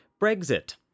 Brexit